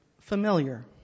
familiar